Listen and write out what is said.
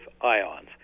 ions